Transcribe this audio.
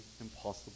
impossible